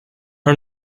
her